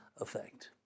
effect